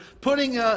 putting